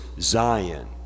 zion